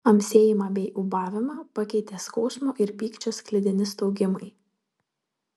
amsėjimą bei ūbavimą pakeitė skausmo ir pykčio sklidini staugimai